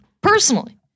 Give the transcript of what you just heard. Personally